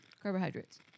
Carbohydrates